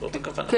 כן.